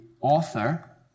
author